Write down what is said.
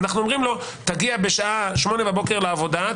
אנחנו אומרים לו להגיע בשעה 8:00 בבוקר לעבודה,